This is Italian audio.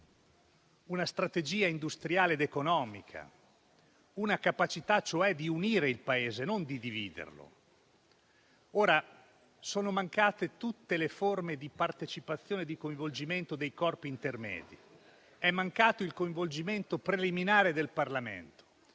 una strategia industriale ed economica, una capacità cioè di unire il Paese e non di dividerlo. Sono mancate tutte le forme di partecipazione e di coinvolgimento dei corpi intermedi. È mancato il coinvolgimento preliminare del Parlamento.